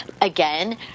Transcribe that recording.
again